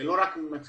לא פעם,